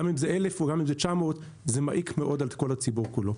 גם אם זה 1,000 או גם אם זה 900 זה מעיק מאוד על כל הציבור כולו.